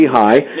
high